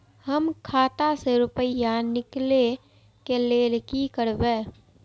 हम खाता से रुपया निकले के लेल की करबे?